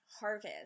harvest